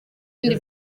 ibindi